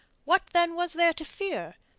what, then, was there to fear?